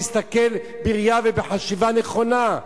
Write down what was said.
להסתכל בראייה ובחשיבה נכונה.